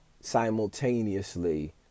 simultaneously